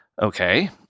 Okay